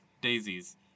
daisies